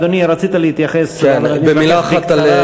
אדוני, רצית להתייחס, אבל אני מבקש בקצרה.